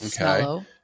okay